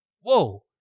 whoa